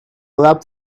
lab